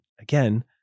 again